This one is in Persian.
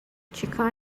چیکار